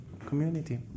community